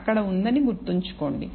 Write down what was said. అక్కడ ఉందని గుర్తుంచుకోండి